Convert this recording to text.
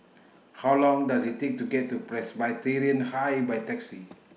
How Long Does IT Take to get to Presbyterian High By Taxi